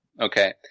Okay